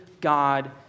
God